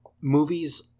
movies